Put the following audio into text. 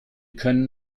können